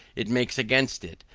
it makes against it,